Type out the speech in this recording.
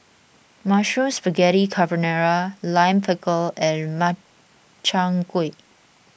Mushroom Spaghetti Carbonara Lime Pickle and Makchang Gui